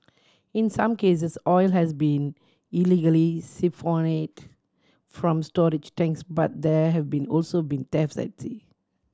in some cases oil has been illegally siphoned from storage tanks but there have been also been thefts at sea